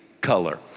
Color